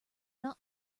not